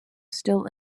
still